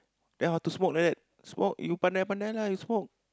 then how to smoke like that smoke you pandai-pandai lah you smoke